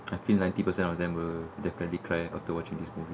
I think ninety percent of them will definitely cry after watching this movie